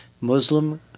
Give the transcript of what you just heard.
Muslim